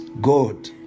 God